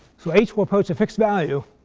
so h will approach a fixed value